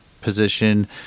position